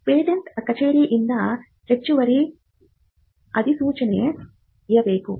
patent ಕಚೇರಿಯಿಂದ ಹೆಚ್ಚುವರಿ ಅಧಿಸೂಚನೆ ಇರಬೇಕು